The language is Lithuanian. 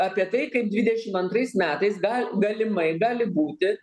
apie tai kaip dvidešim antrais metais gal galimai gali būti